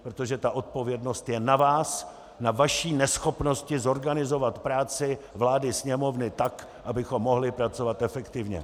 Protože odpovědnost je na vás, na vaší neschopnosti zorganizovat práci vlády, Sněmovny tak, abychom mohli pracovat efektivně.